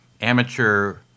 amateur